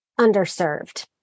underserved